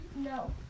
no